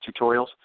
tutorials